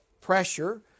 pressure